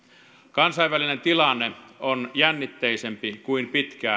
kansainvälinen tilanne on jännitteisempi kuin pitkään aikaan suomen